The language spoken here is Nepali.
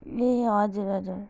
ए हजुर हजुर